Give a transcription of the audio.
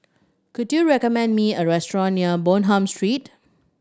could you recommend me a restaurant near Bonham Street